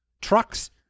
trucks